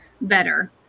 better